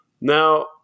Now